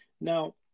Now